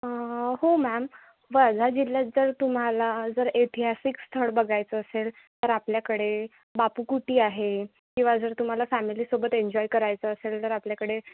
हो मॅम वर्धा जिल्ह्यात जर तुम्हाला जर ऐतिहासिक स्थळ बघायचं असेल तर आपल्याकडे बापूकुटी आहे किंवा जर तुम्हाला फॅमिलीसोबत एन्जॉय करायचं असेल जर आपल्याकडे